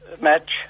match